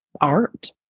art